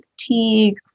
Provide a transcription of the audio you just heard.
fatigue